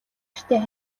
гэртээ